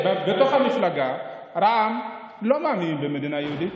אבל בתוך המפלגה, רע"מ לא מאמינים במדינה יהודית.